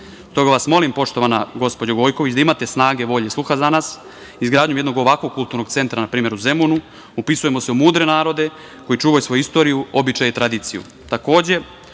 vas molim, poštovana gospođo Gojković, da imate snage, volje i sluha za nas. Izgradnjom jednog ovakvog kulturnog centa, na primer u Zemunu, upisujemo se u mudre narode koji čuvaju svoju istoriju, običaje i tradiciju. Takođe,